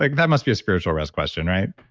like that must be a spiritual rest question, right?